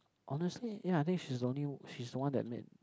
honestly yeah I think she's the only she's the one that made